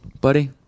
buddy